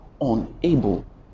unable